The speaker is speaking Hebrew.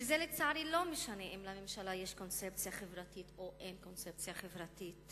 ולצערי לא משנה אם לממשלה יש קונספציה חברתית או אין קונספציה חברתית